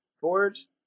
Forge